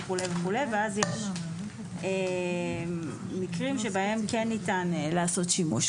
ואז יש מקרים שבהם כן ניתן לעשות שימוש,